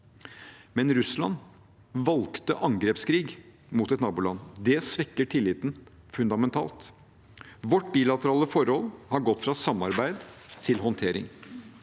men Russland valgte angrepskrig mot et naboland. Det svekker tilliten fundamentalt. Vårt bilaterale forhold har gått fra samarbeid til håndtering.